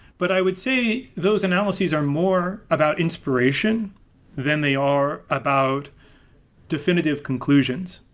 but i would say those analyses are more about inspiration than they are about definitive conclusions,